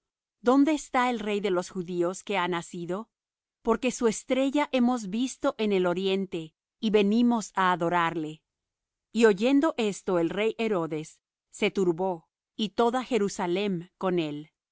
dónde está el rey de los judíos que ha nacido porque su estrella hemos visto en el oriente y venimos á adorarle y oyendo esto el rey herodes se turbó y toda jerusalem con él